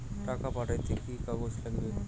টাকা পাঠাইতে কি কাগজ নাগীবে?